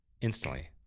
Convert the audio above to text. instantly